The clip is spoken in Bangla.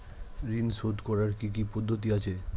ঋন শোধ করার কি কি পদ্ধতি আছে?